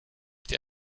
été